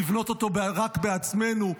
לבנות אותו רק בעצמנו,